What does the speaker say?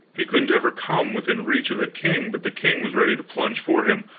he couldn't ever come within reach of the king, but the king was ready to plunge for him,